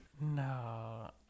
No